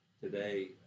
Today